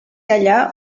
allà